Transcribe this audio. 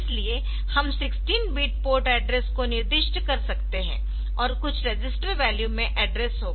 इसलिए हम 16 bit port address को निर्दिष्ट कर सकते है और कुछ रजिस्टर वैल्यू में एड्रेस होगा